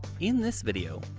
in this video,